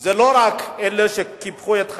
זה לא רק אלה שקיפחו את חייהם,